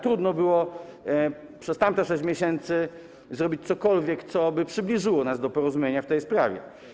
Trudno było przez tamte 6 miesięcy zrobić cokolwiek, co by nas przybliżyło do porozumienia w tej sprawie.